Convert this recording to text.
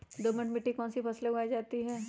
दोमट मिट्टी कौन कौन सी फसलें उगाई जाती है?